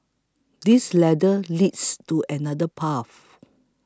this ladder leads to another path